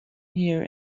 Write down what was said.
here